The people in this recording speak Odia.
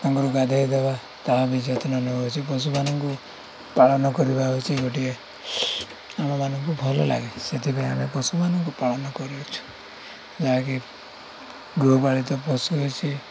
ତାଙ୍କର ଗାଧେଇଦେବା ତାହା ବି ଯତ୍ନ ନେଉଛୁ ପଶୁମାନଙ୍କୁ ପାଳନ କରିବା ହେଉଛି ଗୋଟିଏ ଆମମାନଙ୍କୁ ଭଲ ଲାଗେ ସେଥିପାଇଁ ଆମେ ପଶୁମାନଙ୍କୁ ପାଳନ କରୁଅଛୁ ଯାହାକି ଗୃହପାଳିତ ପଶୁ ଅଛି